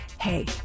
hey